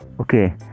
Okay